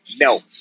No